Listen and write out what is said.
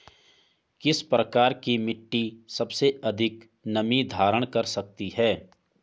किस प्रकार की मिट्टी सबसे अधिक नमी धारण कर सकती है?